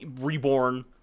reborn